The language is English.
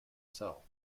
cell